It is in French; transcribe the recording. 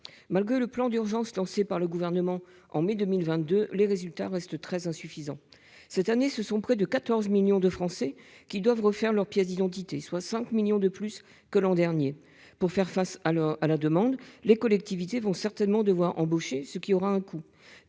Malgré le plan d'urgence, lancé par le gouvernement en mai 2022, les résultats restent très insuffisants. Cette année ce sont près de 14 millions de Français qui doivent refaire leur pièce d'identité, soit 5 millions de plus que l'an dernier pour faire face à la, à la demande les collectivités vont certainement devoir embaucher, ce qui aura un coût